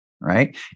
right